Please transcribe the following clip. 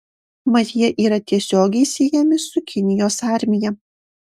mat jie yra tiesiogiai siejami su kinijos armija